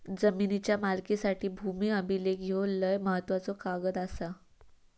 जमिनीच्या मालकीसाठी भूमी अभिलेख ह्यो लय महत्त्वाचो कागद आसा